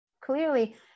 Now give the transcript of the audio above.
clearly